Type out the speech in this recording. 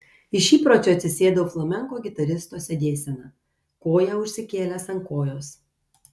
iš įpročio atsisėdau flamenko gitaristo sėdėsena koją užsikėlęs ant kojos